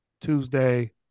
Tuesday